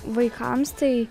vaikams tai